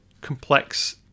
complex